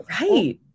right